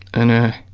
and ah.